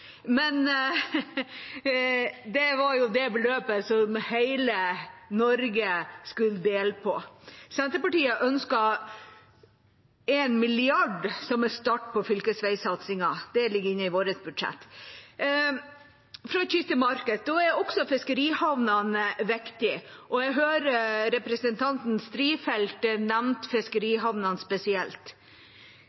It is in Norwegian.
Men det var det beløpet som hele Norge skulle dele på. Senterpartiet ønsker 1 mrd. kr som en start på fylkesveisatsingen. Det ligger inne i vårt budsjett. Fra kyst til marked: Da er også fiskerihavnene viktige. Jeg hørte representanten Strifeldt